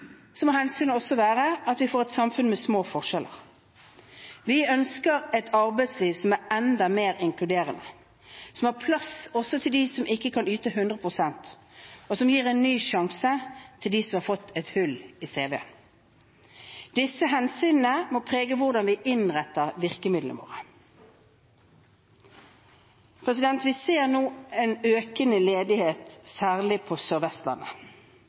må hensynet også være at vi får et samfunn med små forskjeller. Vi ønsker et arbeidsliv som er enda mer inkluderende, som har plass også til dem som ikke kan yte 100 pst., og som gir en ny sjanse til dem som har fått et hull i CV-en. Disse hensynene må prege hvordan vi innretter virkemidlene våre. Vi ser nå en økende ledighet særlig på